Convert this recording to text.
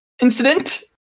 incident